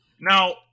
Now